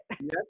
Yes